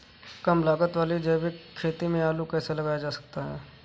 कम लागत वाली जैविक खेती में आलू कैसे लगाया जा सकता है?